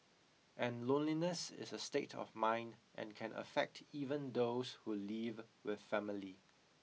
and loneliness is a state of mind and can affect even those who live with family